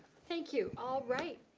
thank you. all right.